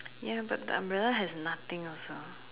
ya but the umbrella has nothing also